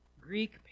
Greek